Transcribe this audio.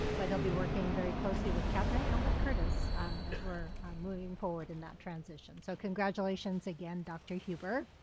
but he'll be working very closely with kathryn and with curtis as we're moving forward in that transition. so congratulations again dr. huber.